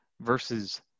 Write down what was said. versus